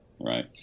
Right